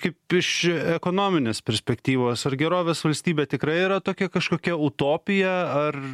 kaip iš ekonominės perspektyvos ar gerovės valstybė tikrai yra tokia kažkokia utopija ar